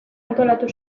antolatu